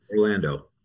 Orlando